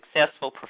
successful